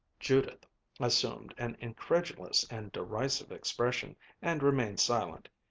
judith assumed an incredulous and derisive expression and remained silent,